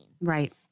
Right